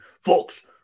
folks